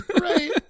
Right